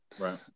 Right